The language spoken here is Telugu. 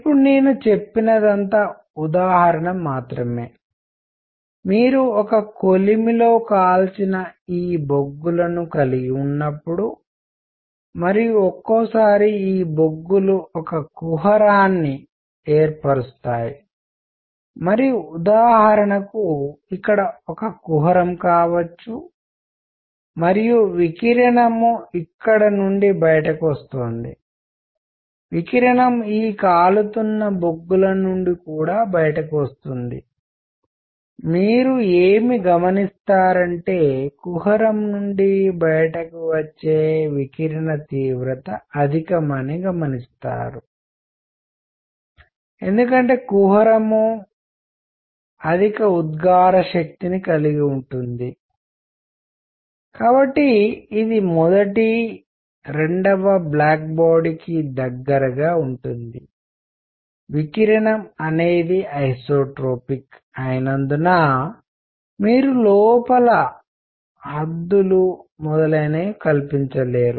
ఇప్పుడు నేను చెప్పినదంతా ఉదాహరణ మాత్రమే మీరు ఒక కొలిమిలో కాల్చిన ఈ బొగ్గులను కలిగి ఉన్నప్పుడు మరియు ఒక్కోసారి ఈ బొగ్గులు ఒక కుహరాన్ని ఏర్పరుస్తాయి మరియు ఉదాహరణకు ఇక్కడ ఒక కుహరం కావచ్చు మరియు వికిరణం ఇక్కడ నుండి బయటకు వస్తోంది వికిరణం ఈ కాలుతున్న బొగ్గుల నుండి కూడా బయటకు వస్తుంది మీరు ఏమి గమనిస్తారంటే కుహరం నుండి బయటికి వచ్చే వికిరణ తీవ్రత అధికమని గమనిస్తారు ఎందుకంటే కుహరం అధిక ఉద్గార శక్తిని కలిగి ఉన్నది కాబట్టి ఇది మొదటి రెండవ బ్లాక్ బాడీ కి దగ్గరగా ఉంటుంది వికిరణం అనేది సమధర్మిఐసోట్రోపిక్ అయినందున మీరు కుహరం లోపల హద్దులు మొదలైనవి కల్పించలేరు